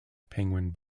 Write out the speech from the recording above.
penguin